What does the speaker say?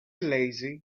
lazy